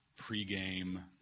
pregame